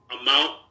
amount